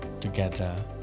Together